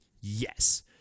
yes